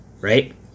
right